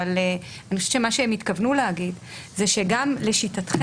אבל אני חושבת שמה שהם התכוונו להגיד זה שגם לשיטתכם